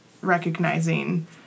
recognizing